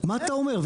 מה אתה אומר?